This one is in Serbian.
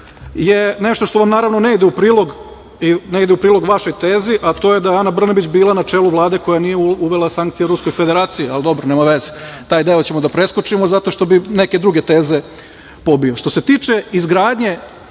je nešto što vam naravno ne ide u prilog i ne ide u prilog vašoj tezi, a to je da je Ana Brnabić bila na čelu Vlade koja nije uvela sankcije Ruskoj Federaciji, ali dobro nema veze, taj deo ćemo da preskočimo zato što bi neke druge teze pobio. Što se tiče izgradnje,